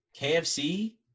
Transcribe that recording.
KFC